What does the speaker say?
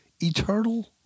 eternal